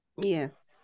yes